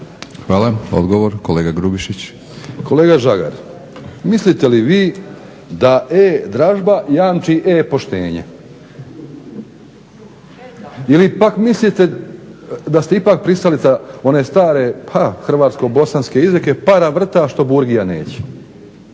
**Grubišić, Boro (HDSSB)** Kolega Žagar, mislite li vi da e-dražba jamči e-poštenje? Ili pak mislite da ste ipak pristalica one stare hrvatsko-bosanske izreke "para vrti što burgija neće".